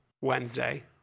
Wednesday